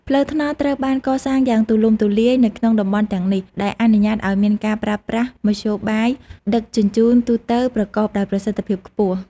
ផ្លូវថ្នល់ត្រូវបានកសាងយ៉ាងទូលំទូលាយនៅក្នុងតំបន់ទាំងនេះ ដែលអនុញ្ញាតឱ្យមានការប្រើប្រាស់មធ្យោបាយដឹកជញ្ជូនទូទៅប្រកបដោយប្រសិទ្ធភាពខ្ពស់